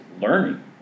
learning